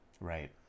Right